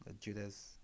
Judas